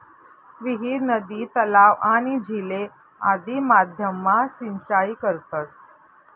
विहीर, नदी, तलाव, आणि झीले आदि माध्यम मा सिंचाई करतस